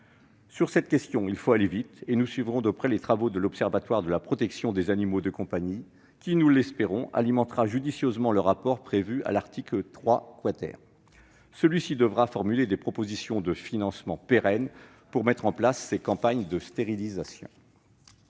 Sur cette question, il faut aller vite. Nous suivrons de près les travaux de l'Observatoire de la protection des animaux de compagnie, dont nous espérons qu'il alimentera judicieusement le rapport prévu à l'article 3, lequel devra prévoir des propositions de financements pérennes pour la mise en place de ces campagnes de stérilisation.